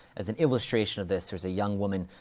as an illustration of this, there's a young woman,